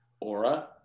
aura